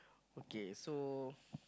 okay so